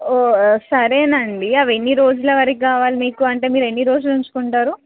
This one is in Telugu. ఓకే సరే అండి అవి ఎన్ని రోజుల వరకు కావాలి మీకు అంటే మీరు ఎన్ని రోజులు ఉంచుకుంటారు